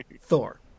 Thor